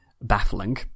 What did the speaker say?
baffling